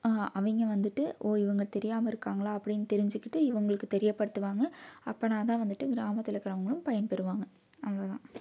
அவங்க வந்துட்டு ஓ இவங்க தெரியாமல் இருக்காங்களா அப்டின்னு தெரிஞ்சுக்கிட்டு இவங்களுக்கு தெரியப்படுத்துவாங்க அப்படின்னா தான் வந்துட்டு கிராமத்தில் இருக்கறவுங்களும் பயன் பெறுவாங்க அவ்வளோ தான்